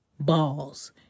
balls